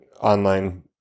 online